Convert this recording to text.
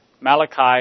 Malachi